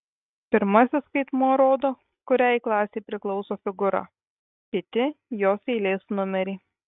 pirmasis skaitmuo rodo kuriai klasei priklauso figūra kiti jos eilės numerį